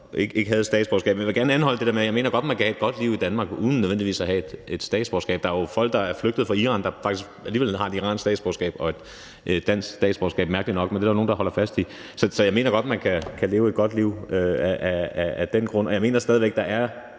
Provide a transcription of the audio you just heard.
ikke havde et statsborgerskab. Jeg vil gerne anholde det der om et godt liv. Jeg mener godt, man kan have et godt liv i Danmark uden nødvendigvis at have et statsborgerskab. Der er jo folk, der er flygtet fra Iran, der faktisk alligevel har både et iransk statsborgerskab og et dansk statsborgerskab, mærkeligt nok, men det er der nogle der holder fast i. Så jeg mener godt, man kan leve et godt liv af den grund. Og der er nogle lempeligere